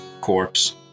corpse